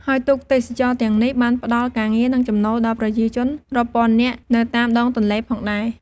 ហើយទូកទេសចរណ៍ទាំងនេះបានផ្តល់ការងារ និងចំណូលដល់ប្រជាជនរាប់ពាន់នាក់នៅតាមដងទន្លេផងដែរ។